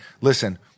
listen